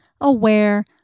aware